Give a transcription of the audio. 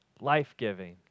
life-giving